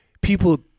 people